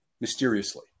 mysteriously